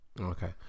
Okay